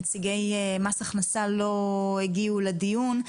נציגי מס הכנסה לא הגיעו לדיון.